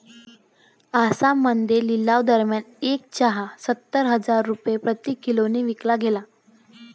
आसाममध्ये लिलावादरम्यान एक चहा सत्तर हजार रुपये प्रति किलोने विकला गेला